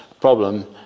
problem